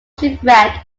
shipwreck